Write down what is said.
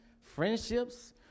friendships